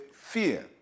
fear